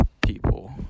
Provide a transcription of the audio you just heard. people